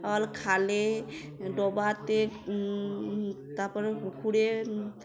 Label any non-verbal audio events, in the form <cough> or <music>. <unintelligible> খালে ডোবাতে তারপরে পুকুরে